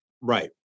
Right